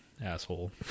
Asshole